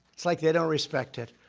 it's like they don't respect it.